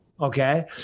okay